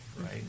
right